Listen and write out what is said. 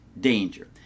danger